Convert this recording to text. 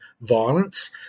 violence